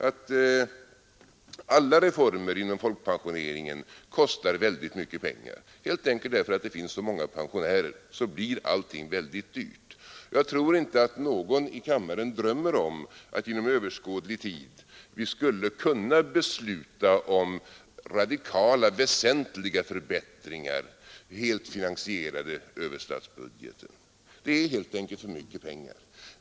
Alla reformer inom folkpensioneringen kostar väldigt mycket pengar. Det är helt enkelt så att allting blir mycket dyrt därför att det finns så många pensionärer. Jag tror inte att någon i kammaren drömmer om att vi inom överskådlig tid skall kunna besluta om radikala, väsentliga förbättringar helt finansierade ur statsbudgeten. Det kostar helt enkelt för mycket pengar.